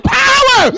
power